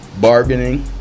bargaining